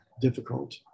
difficult